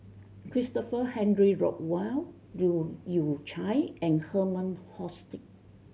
Christopher Henry Rothwell Leu Yew Chye and Herman Hochstadt